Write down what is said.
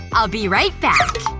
i'll be right back.